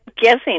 guessing